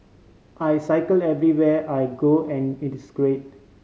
I cycle everywhere I go and it is great